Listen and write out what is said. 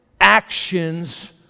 actions